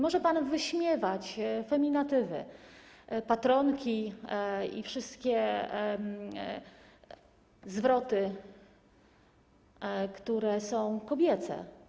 Może pan wyśmiewać feminatywy, patronki i wszystkie zwroty, które są kobiece.